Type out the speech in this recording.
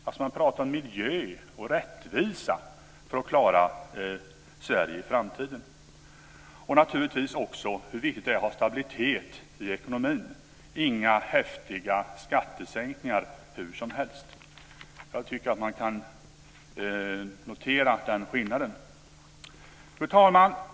Man talar om att miljö och rättvisefrågorna är viktiga för att klara Sverige i framtiden och naturligtvis också om hur viktigt det är att ha stabilitet i ekonomin - inga häftiga skattesänkningar hur som helst. Jag tycker att man kan notera den skillnaden. Fru talman!